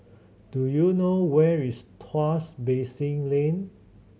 do you know where is Tuas Basin Lane